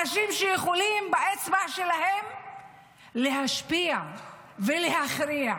אנשים שיכולים באצבע שלהם להשפיע ולהכריע.